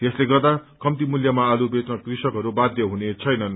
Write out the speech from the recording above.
यसले गर्दा कम्ती मूल्यमा आलू बेच्न कृषकहरू बाध्य हुने छैनन्